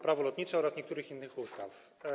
Prawo lotnicze oraz niektórych innych ustaw.